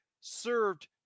served